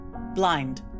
Blind